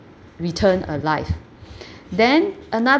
return alive then another